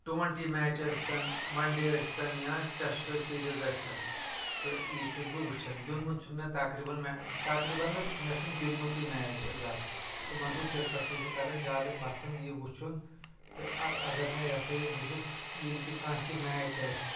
twenty match ٲسۍ تَن one day ٲسۍ تَن یا ٹیسٹ سیٖریز ٲسۍ تَن تہٕ یہِ چھُس بہٕ وُچھان گنٛدمُت چھُنہٕ مےٚ تقریباً تقریباً نہٕ مےٚ چُھنہٕ گنٛدمُتٕے میچ زانہہ وگوٚو کِرکٹ چھُس بہٕ کران زیادٕ پسند یہِ وُچھان تہٕ اگر مےٚ یَہ ہسا یہِ بہٕ چھُس ییٚلہِ تہِ کانہہ تہِ میچ آسہِ